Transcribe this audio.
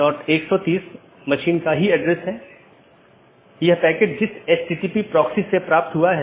तो यह एक सीधे जुड़े हुए नेटवर्क का परिदृश्य हैं